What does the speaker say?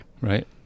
Right